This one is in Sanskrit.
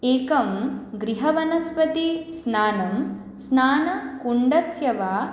एकं गृहवनस्पतिस्नानं स्नानकुण्डस्य वा